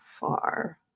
far